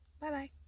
Bye-bye